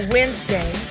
Wednesday